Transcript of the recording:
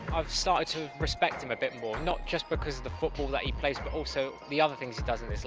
i've started to respect him a bit more not just because of the football that he plays, but also the other things he does in his